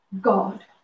God